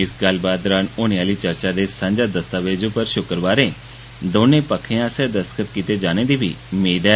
इस गल्लबात दरान होने आह्ली चर्चा दे सांझा दस्तावेज उप्पर शुक्रवारें दौनें पक्खें आस्सेआ दस्तख्त कीते जाने दी बी मेद ऐ